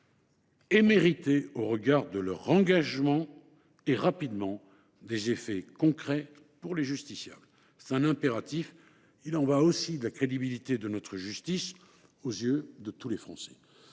et mérités au regard de leur engagement aient rapidement des effets concrets pour les justiciables. C’est un impératif, car il y va de la crédibilité de notre justice aux yeux de tous les Français.